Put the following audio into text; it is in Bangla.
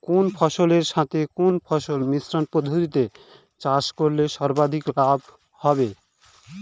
কোন ফসলের সাথে কোন ফসল মিশ্র পদ্ধতিতে চাষ করলে সর্বাধিক লাভ হবে?